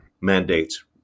mandates